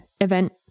event